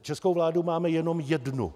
Českou vládu máme jenom jednu.